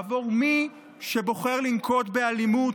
עבור מי שבוחר לנקוט אלימות,